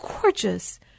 gorgeous